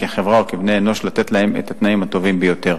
כחברה וכבני-אנוש לתת להם את התנאים הטובים ביותר,